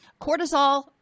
Cortisol